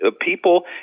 people